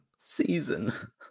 season